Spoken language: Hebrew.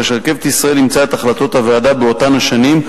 הרי ש"רכבת ישראל" אימצה את החלטות הוועדה באותן השנים,